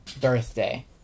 birthday